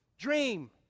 Dream